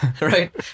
Right